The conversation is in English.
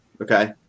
okay